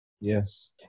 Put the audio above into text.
Yes